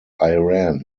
iran